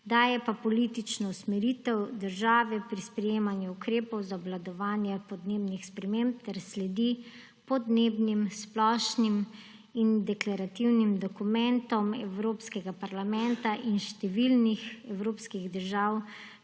Daje pa politično usmeritev države pri sprejemanju ukrepov za obvladovanje podnebnih sprememb ter sledi podnebnim splošnim in deklarativnim dokumentom Evropskega parlamenta in številnih evropskih držav,